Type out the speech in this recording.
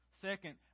Second